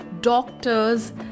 Doctors